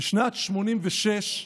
בשנת 1986,